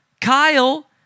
Kyle